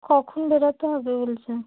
কখন বেরোতে হবে বলছে